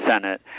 Senate